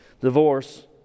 divorce